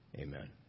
Amen